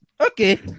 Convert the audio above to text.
Okay